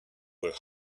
where